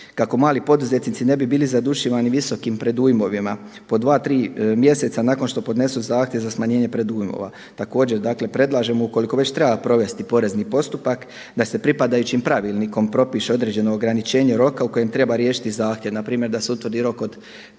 kako mali poduzetnici ne bi bili zadušivani visokim predujmovima po dva, tri mjeseca nakon što podnesu zahtjev za smanjenje predujmova. Također predlažemo ukoliko već treba provesti porezni postupak da se pripadajućim pravilnikom propiše određeno ograničenje roka u kojem treba riješiti zahtjev, npr. da se utvrdi rok od